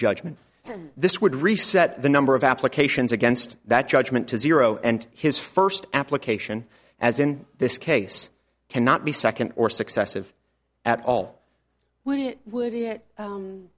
judgment and this would reset the number of applications against that judgment to zero and his first application as in this case cannot be second or successive at all